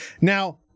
Now